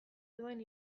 duen